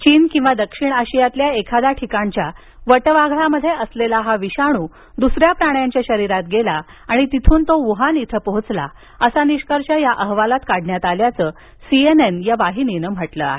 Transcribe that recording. चीन किंवा दक्षिण आशियातल्या एखाद्या ठिकाणावरील वटवाघळामध्ये असलेला हा विषाणू दुसऱ्या प्राण्यांच्या शरीरात गेला आणि तिथून तो वुहान इथं पोहोचला असा निष्कर्ष या अहवालात काढण्यात आल्याचं सीएनएन या वाहिनीनं म्हटलं आहे